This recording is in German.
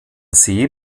see